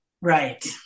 right